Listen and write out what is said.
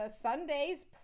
Sunday's